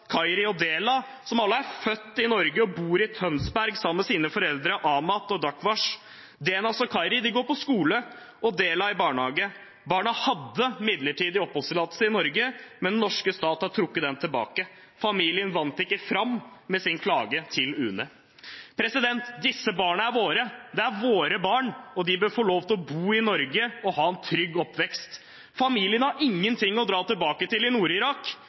og Della, som alle er født i Norge og bor i Tønsberg sammen med sine foreldre Amat og Dakhwaz. Delnaz og Khairi går på skole og Della i barnehage. Barna hadde midlertidig oppholdstillatelse i Norge, men den norske stat har trukket den tilbake. Familien vant ikke fram med sin klage til UNE. Disse barna er våre. Det er våre barn, og de bør få lov til å bo i Norge og ha en trygg oppvekst. Familien har ingenting å dra tilbake til i